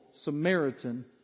Samaritan